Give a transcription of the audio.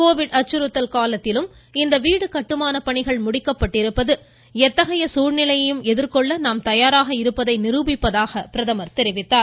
Covid அச்சுறுத்தல் காலத்திலும் இந்த வீடு கட்டுமான பணிகள் முடிக்கப்பட்டிருப்பது எத்தகைய சூழ்நிலைகளையும் எதிர்கொள்ள நாம் தயாராக இருப்பதை நிருபிப்பதாக பிரதமர் தெரிவித்தார்